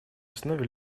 основе